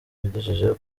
yagejeje